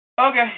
Okay